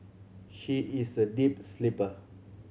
she is a deep sleeper